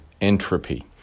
entropy